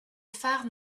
phare